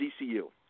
DCU